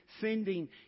sending